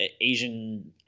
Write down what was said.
asian